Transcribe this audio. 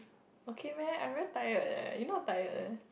okay meh I very tired eh you not tired meh